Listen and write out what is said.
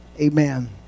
amen